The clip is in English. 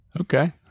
Okay